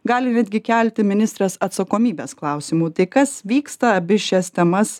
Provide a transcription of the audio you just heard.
gali netgi kelti ministrės atsakomybės klausimų tai kas vyksta abi šias temas